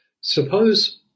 Suppose